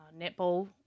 netball